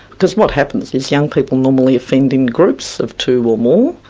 because what happens is, young people normally offend in groups of two or more,